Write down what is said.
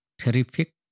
terrific